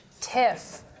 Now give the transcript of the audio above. TIFF